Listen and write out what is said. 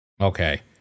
Okay